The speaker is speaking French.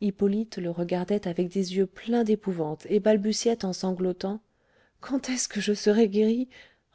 hippolyte le regardait avec des yeux pleins d'épouvante et balbutiait en sanglotant quand est-ce que je serai guéri